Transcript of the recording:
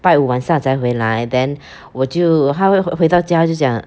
拜五晚上才回来 then 我就她会回回到家就讲